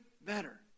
better